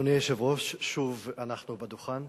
אדוני היושב-ראש, שוב אנחנו על הדוכן.